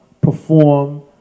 perform